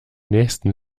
nächsten